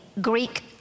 Greek